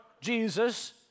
Jesus